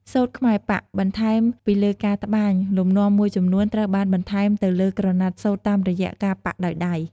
សូត្រខ្មែរប៉ាក់ បន្ថែមពីលើការតម្បាញ លំនាំមួយចំនួនត្រូវបានបន្ថែមទៅលើក្រណាត់សូត្រតាមរយៈ ការប៉ាក់ដោយដៃ។